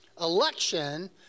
election